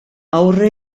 aurre